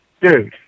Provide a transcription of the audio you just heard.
Dude